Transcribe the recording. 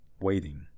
waiting